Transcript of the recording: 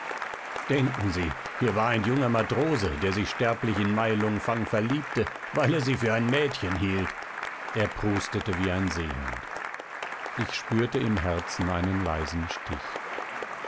denken sie hier war ein junger matrose der sich sterblich in mai lung fang verliebte weil er sie für ein mädchen hielt er prustete wie ein seehund ich spürte im herzen einen leisen stich